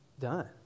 done